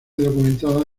documentada